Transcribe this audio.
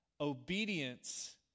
Obedience